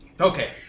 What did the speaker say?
Okay